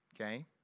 okay